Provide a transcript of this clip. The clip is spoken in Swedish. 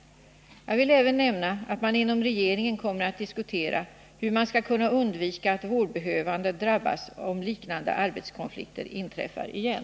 Jag vill även nämna att man inom regeringen kommer att diskutera hur man skall kunna undvika att vårdbehövande drabbas om liknande arbetskonflikter inträffar igen.